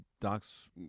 docs